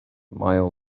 mile